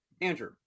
Andrew